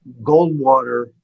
Goldwater